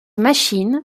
machine